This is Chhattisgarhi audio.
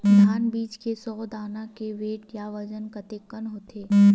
धान बीज के सौ दाना के वेट या बजन कतके होथे?